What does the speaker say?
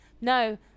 No